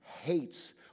hates